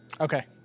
Okay